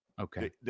okay